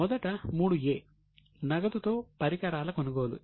మొదట 3 a నగదుతో పరికరాల కొనుగోలు